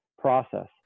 process